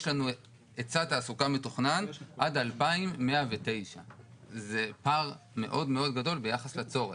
יש לנו היצע תעסוקה מתוכנן עד 2109. זה פער מאוד מאוד גדול ביחס לצורך.